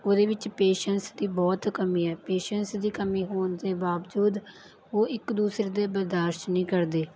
ਉਹਦੇ ਵਿੱਚ ਪੇਸ਼ੈਂਸ ਦੀ ਬਹੁਤ ਕਮੀ ਹੈ ਪੇਸ਼ੈਂਸ਼ ਦੀ ਕਮੀ ਹੋਣ ਦੇ ਬਾਵਜੂਦ ਉਹ ਇੱਕ ਦੂਸਰੇ ਦੇ ਬਰਦਾਸ਼ ਨਹੀਂ ਕਰਦੇ